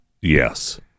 yes